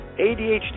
ADHD